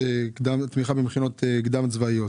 תמיכה במכינות קדם צבאיות.